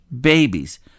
babies